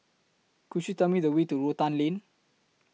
Could YOU Tell Me The Way to Rotan Lane